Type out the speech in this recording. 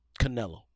Canelo